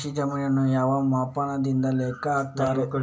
ಕೃಷಿ ಜಮೀನನ್ನು ಯಾವ ಮಾಪನದಿಂದ ಲೆಕ್ಕ ಹಾಕ್ತರೆ?